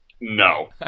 no